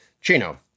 Chino